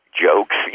jokes